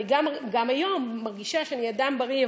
גם היום אני מרגישה שאני אדם בריא,